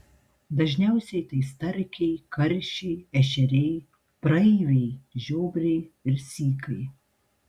dažniausiai tai starkiai karšiai ešeriai praeiviai žiobriai ir sykai